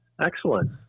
Excellent